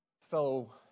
fellow